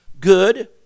good